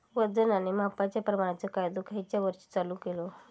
वजन आणि मापांच्या प्रमाणाचो कायदो खयच्या वर्षी चालू केलो?